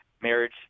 marriage